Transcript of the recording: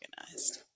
organized